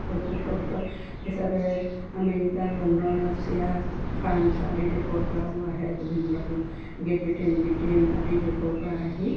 পৰ্যটক হিচাপে America London Russia France আদি দেশৰ পৰাও আহে বিভিন্ন গ্ৰে'ট ব্ৰিটেইন ব্ৰিটেইন আদি দেশৰ পৰা আহি